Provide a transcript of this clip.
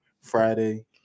Friday